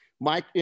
Mike